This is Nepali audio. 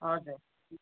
हजुर